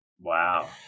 Wow